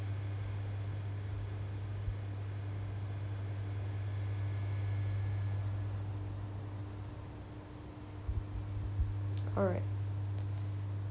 alright